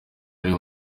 rimwe